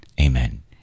Amen